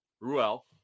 Ruel